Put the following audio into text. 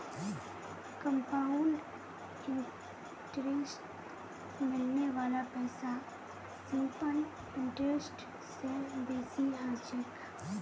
compound इंटरेस्टत मिलने वाला पैसा सिंपल इंटरेस्ट स बेसी ह छेक